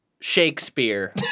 Shakespeare